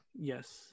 Yes